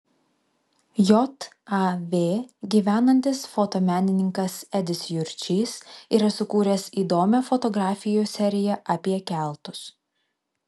jav gyvenantis fotomenininkas edis jurčys yra sukūręs įdomią fotografijų seriją apie keltus